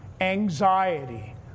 Anxiety